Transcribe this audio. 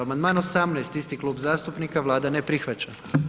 Amandman 18. isti klub zastupnika, Vlada ne prihvaća.